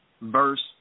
verse